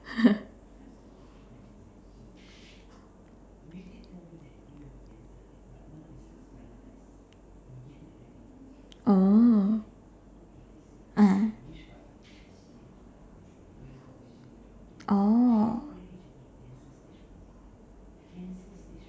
oh ah oh